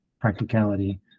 practicality